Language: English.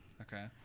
Okay